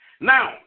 Now